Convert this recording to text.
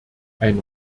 ein